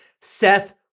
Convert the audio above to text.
Seth